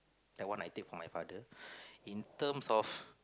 that one I take from my father in terms of